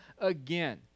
again